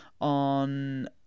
on